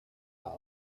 out